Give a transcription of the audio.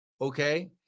okay